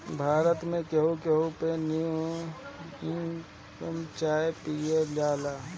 भारत में केहू केहू पे नून चाय पियल जाला